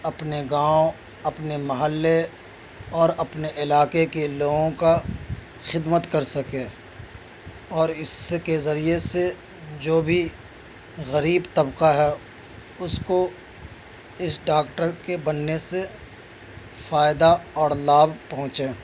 اپنے گاؤں اپنے محلے اور اپنے علاقے کے لوگوں کا خدمت کر سکے اور اس کے ذریعے سے جو بھی غریب طبقہ ہے اس کو اس ڈاکٹر کے بننے سے فائدہ اور لابھ پہنچے